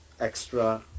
extra